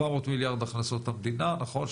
מיליארד הכנסות המדינה, נכון?